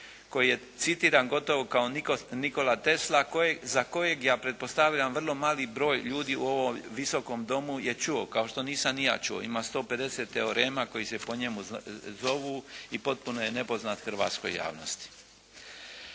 Koji je citiran gotovo kao Nikola Tesla, za kojeg ja pretpostavljam vrlo mali broj ljudi u ovom Visokom domu je čuo kao što nisam ni ja čuo. Ima 150 teorema koji se po njemu zovu i potpuno je nepoznat hrvatskoj javnosti.